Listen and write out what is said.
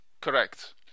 correct